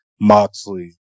Moxley